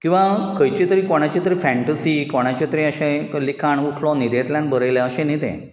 किंवा खंयची तरी कोणाची तरी फॅन्टसी कोणाचे तरी अशें लिखाण उठलो न्हिदेंतल्यान बरयलें अशें न्ही तें